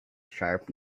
sharp